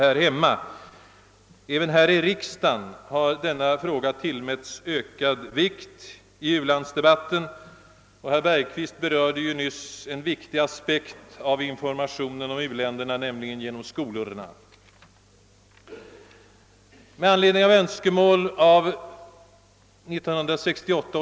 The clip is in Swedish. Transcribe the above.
Även här i riksdagen har denna fråga tillmätts ökad vikt i u-landsdebatten, och herr Bergqvist berörde nyss en viktig aspekt på informationen om u-länderna, nämligen att den även skall lämnas genom skolorna.